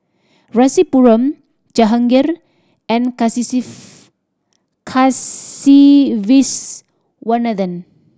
Rasipuram Jahangir and Kasiviswanathan